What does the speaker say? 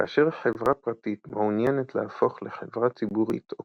כאשר חברה פרטית מעוניינת להפוך לחברה ציבורית או